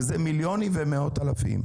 וזה מיליונים ומאות אלפים.